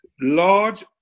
large